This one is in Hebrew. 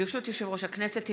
ברשות יושב-ראש הכנסת,